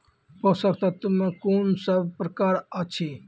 पोसक तत्व मे कून सब प्रकार अछि?